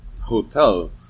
hotel